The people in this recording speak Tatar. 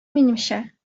минемчә